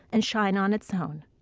and shine on its own.